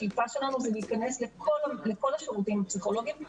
השאיפה שלנו זה להיכנס לכל השירותים הפסיכולוגיים,